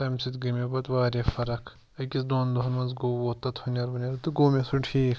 تَمہِ سٟتۍ گٔیہِ مےٚ پَتہٕ واریاہ فَرق أکِس دۅن دۄہَن منٛز گوٚو ووٚتھ اَتھ ہٕنؠر وُنؠر تہٕ گوٚو مےٚ سُہ ٹھیٖک